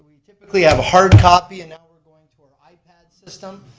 we typically have a hard copy and now we're going to an i-pad system.